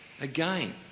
Again